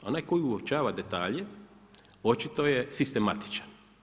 Onaj koji uočava detalja, očito je sistematičan.